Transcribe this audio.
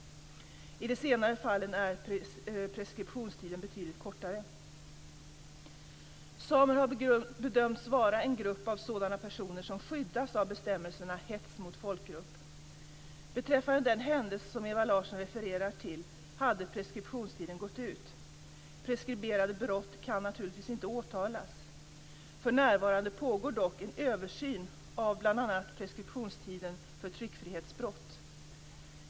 I de senare fallen är preskriptionstiden betydligt kortare. Samer har bedömts vara en grupp av sådana personer som skyddas av bestämmelserna hets mot folkgrupp. Beträffande den händelse som Ewa Larsson refererar till hade preskriptionstiden gått ut. Preskriberade brott kan naturligtvis inte åtalas. För närvarande pågår dock en översyn av bl.a. preskriptionstiden för tryckfrihetsbrott.